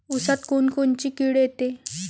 ऊसात कोनकोनची किड येते?